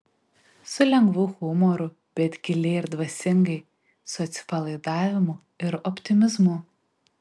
su lengvu humoru bet giliai ir dvasingai su atsipalaidavimu ir optimizmu